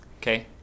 Okay